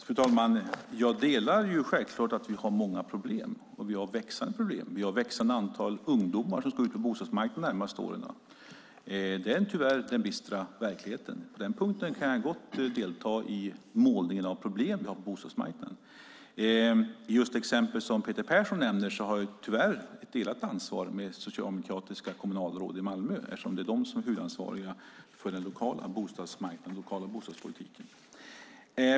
Fru talman! Självklart har vi många och växande problem. Vi har ett stort antal ungdomar som ska ut på bostadsmarknaden de närmaste åren. Det är den bistra verkligheten. På den punkten kan jag gott delta i målningen av de problem vi har på bostadsmarknaden. I de exempel som Peter Persson har vi ett delat ansvar med socialdemokratiska kommunalråd i Malmö eftersom de är huvudansvariga för den lokala bostadspolitiken.